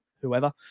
whoever